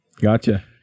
gotcha